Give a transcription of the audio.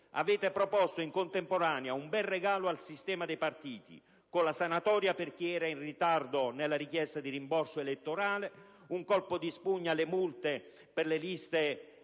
avete proposto in contemporanea un bel regalo al sistema dei partiti con la sanatoria per chi era in ritardo nella richiesta di rimborso elettorale, un colpo di spugna alle multe per le liste